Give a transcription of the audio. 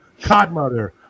Codmother